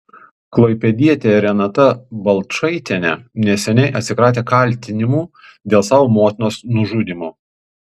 klaipėdietė renata balčaitienė neseniai atsikratė kaltinimų dėl savo motinos nužudymo